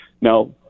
Now